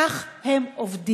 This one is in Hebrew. כך הם עובדים.